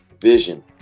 vision